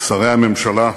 שרי הממשלה,